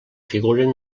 figuren